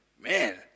Man